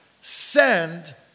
send